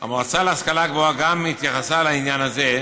גם המועצה להשכלה גבוהה התייחסה לעניין הזה,